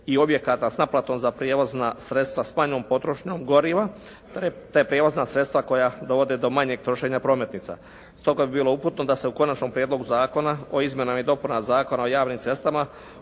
i objekata s naplatom za prijevozna sredstva s manjom potrošnjom goriva te prijevozna sredstva koja dovode do manjeg trošenja prometnica. Stoga bi bilo uputno da se u Konačnom prijedlogu zakona o izmjenama i dopunama Zakona o javnim cestama